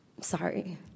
Sorry